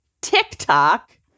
TikTok